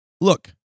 Look